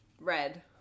red